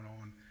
on